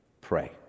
pray